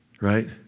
Right